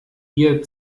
ihr